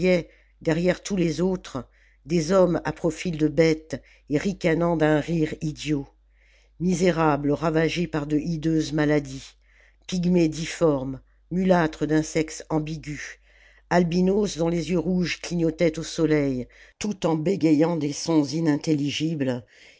derrière tous les autres des hommes à profil de bête et ricanant d'un rire idiot misérables ravagés par de hideuses maladies pygmées difformes mulâtres d'un sexe ambigu albinos dont les yeux rouges clignotaient au soleil tout en bégayant des sons inintelligibles